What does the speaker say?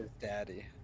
daddy